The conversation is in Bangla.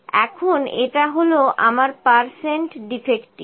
এখন এটা হল আমার পার্সেন্ট ডিফেক্টিভ